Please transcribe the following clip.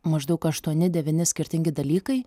maždaug aštuoni devyni skirtingi dalykai